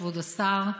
כבוד השר,